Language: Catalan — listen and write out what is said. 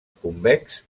convex